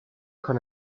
kann